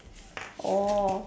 oh